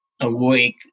awake